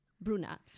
bruna